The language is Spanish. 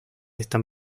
están